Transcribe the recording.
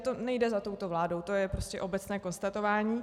To nejde za touto vládou, to je prostě obecné konstatování.